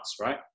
right